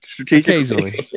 Occasionally